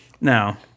Now